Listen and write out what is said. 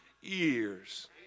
years